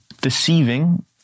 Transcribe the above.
deceiving